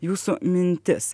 jūsų mintis